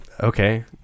okay